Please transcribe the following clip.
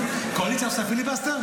הקואליציה עושה פיליבסטר?